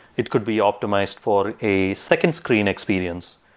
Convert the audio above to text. it could be optimized for a second screen experience.